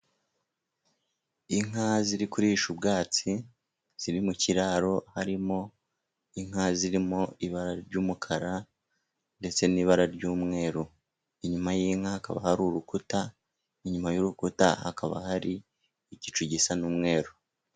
Inka ziri kurisha ubwatsi, ziri mu kiraro. Harimo inka zirimo ibara ry'umukara ndetse n'ibara ry'umweru, inyuma y'inka hakaba hari urukuta. Inyuma y'urukuta hakaba hari igicu gisa n'umweru.